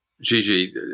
Gigi